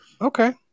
Okay